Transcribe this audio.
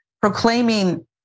proclaiming